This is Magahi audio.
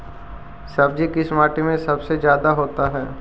सब्जी किस माटी में सबसे ज्यादा होता है?